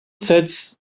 sets